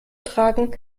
tragen